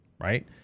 Right